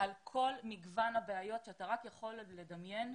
על כל מגוון הבעיות שאתה רק יכול לדמיין,